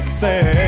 say